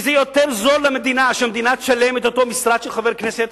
כי זה יותר זול למדינה שהיא תשלם על אותו משרד של חבר כנסת,